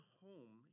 home